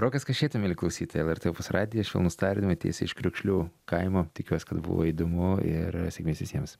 rokas kašėta mieli klausytojai lrt opus radijas švelnūs tardymai tiesiai iš kriokšlių kaimo tikiuos kad buvo įdomu ir sėkmės visiems